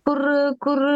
kur kur